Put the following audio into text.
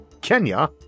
Kenya